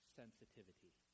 sensitivity